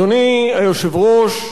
אדוני היושב-ראש,